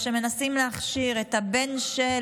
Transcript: או שמנסים להכשיר את הבן-של,